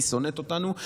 היא שונאת אותנו.